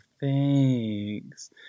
thanks